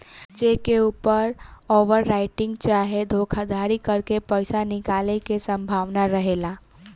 check के ऊपर overwriting चाहे धोखाधरी करके पईसा निकाले के संभावना रहेला